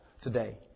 today